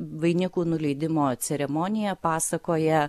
vainikų nuleidimo ceremonija pasakoja